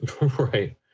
Right